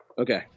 Okay